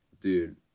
Dude